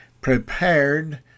prepared